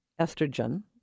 estrogen